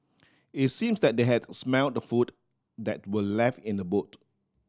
it seemed that they had smelt the food that were left in the boot